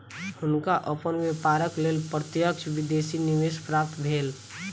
हुनका अपन व्यापारक लेल प्रत्यक्ष विदेशी निवेश प्राप्त भेल